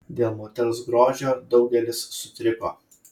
dėl moters grožio daugelis sutriko